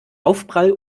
aufprall